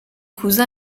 cousin